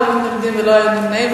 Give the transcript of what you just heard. לא היו מתנגדים ולא היו נמנעים.